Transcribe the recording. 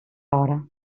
hora